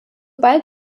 bald